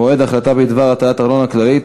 (מועד החלטה בדבר הטלת ארנונה כללית),